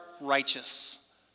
righteous